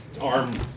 arm